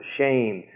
shame